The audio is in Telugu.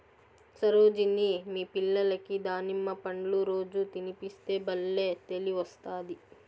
సరోజిని మీ పిల్లలకి దానిమ్మ పండ్లు రోజూ తినిపిస్తే బల్లే తెలివొస్తాది